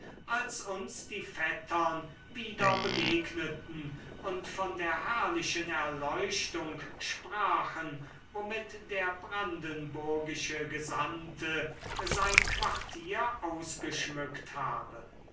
als uns die vettern wieder begegneten und von der herrlichen erleuchtung sprachen womit der brandenburgische gesandte sein quartier ausgeschmückt habe